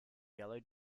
yellow